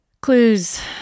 Clues